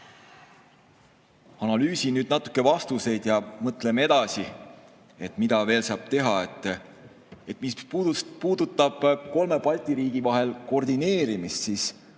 Analüüsin nüüd natuke vastuseid ja mõtleme edasi, mida veel saab teha. Mis puudutab kolme Balti riigi [tegevuse] koordineerimist, siis